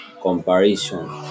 comparison